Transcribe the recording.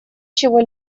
чего